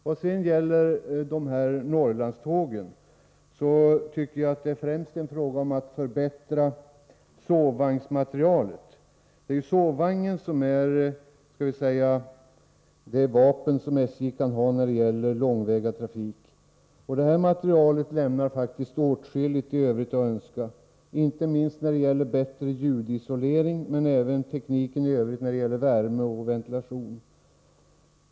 Vad sedan gäller Norrlandstågen tycker jag att det främst är en fråga om att förbättra sovvagnsmaterialet. Det är ju sovvagnen som är det vapen som SJ kan ha när det gäller långväga trafik. Sovvagnsmaterialet lämnar faktiskt åtskilligt övrigt att önska, inte minst när det gäller ljudisolering, men även när det gäller tekniken i övrigt, t.ex. värme och ventilation.